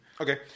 Okay